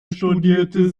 studierte